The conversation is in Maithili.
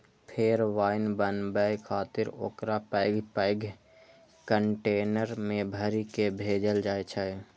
फेर वाइन बनाबै खातिर ओकरा पैघ पैघ कंटेनर मे भरि कें भेजल जाइ छै